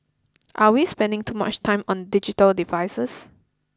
are we spending too much time on digital devices